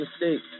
mistake